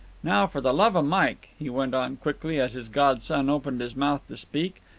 now, for the love of mike, he went on quickly, as his godson opened his mouth to speak,